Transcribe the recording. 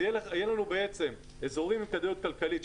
יהיו לנון אזורים עם כדאיות כלכלית,